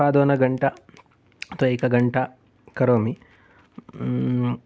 पादोन घण्टा तु एक घण्टा करोमि